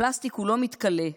הפלסטיק לא מתכלה,